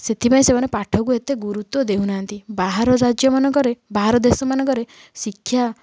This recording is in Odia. ସେଥିପାଇଁ ସେମାନେ ପାଠକୁ ଏତେ ଗୁରୁତ୍ଵ ଦେଉନାହାଁନ୍ତି ବାହାର ରାଜ୍ୟମାନଙ୍କରେ ବାହାର ଦେଶ ମାନଙ୍କରେ ଶିକ୍ଷା